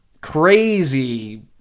crazy